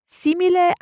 simile